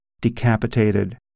Decapitated